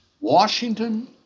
Washington